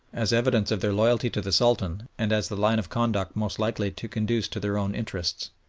as evidence of their loyalty to the sultan, and as the line of conduct most likely to conduce to their own interests.